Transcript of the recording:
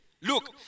Look